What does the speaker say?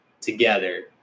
together